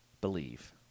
believe